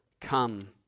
Come